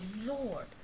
Lord